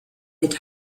wird